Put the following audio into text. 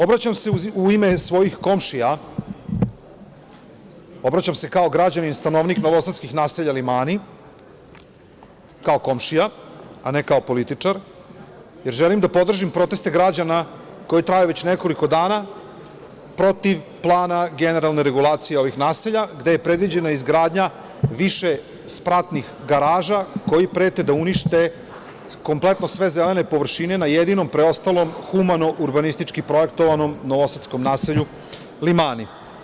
Obraćam se u ime svojih komšija, obraćam se kao građanin, stanovnik novosadskih naselja Limani, kao komšija a ne kao političar, jer želim da podržim proteste građana koji traju već nekoliko dana, protiv plana generalne regulacije ovih naselja, gde je predviđena izgradnja višespratnih garaža koji prete da unište kompletno sve zelene površine na jedinom preostalom humano urbanistički projektovanom novosadskom naselju Limani.